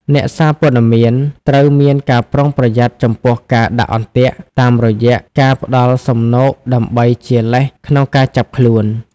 អ្នកសារព័ត៌មានត្រូវមានការប្រុងប្រយ័ត្នចំពោះការ "ដាក់អន្ទាក់" តាមរយៈការផ្តល់សំណូកដើម្បីជាលេសក្នុងការចាប់ខ្លួន។